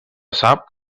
sap